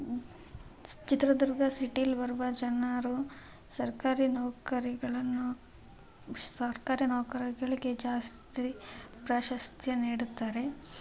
ಚಿತ್ರದುರ್ಗ ಸಿಟೀಲಿ ಬರುವ ಜನರು ಸರ್ಕಾರಿ ನೌಕರಿಗಳನ್ನು ಸರ್ಕಾರಿ ನೌಕರಿಗಳಿಗೆ ಜಾಸ್ತಿ ಪ್ರಾಶಸ್ತ್ಯ ನೀಡುತ್ತಾರೆ